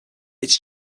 its